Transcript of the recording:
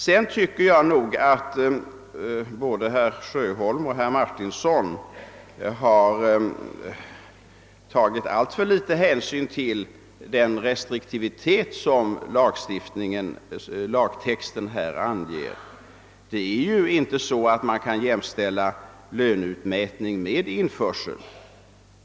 Sedan tycker jag nog att både herr Sjöholm och herr Martinsson tagit alltför litet hänsyn till den restriktivitet som lagtexten här anger. Det är ju inte så att man kan jämställa löneutmätning med införsel.